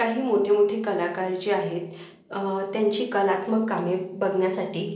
काही मोठे मोठे कलाकार जे आहेत त्यांची कलात्मक कामे बघण्यासाठी